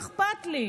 מה אכפת לי.